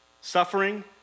suffering